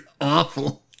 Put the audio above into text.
awful